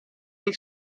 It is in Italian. dei